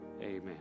amen